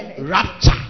rapture